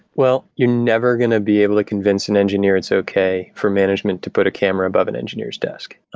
well, you're never going to be able to convince an engineer it's okay for management to put a camera above an engineer's desk.